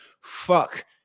fuck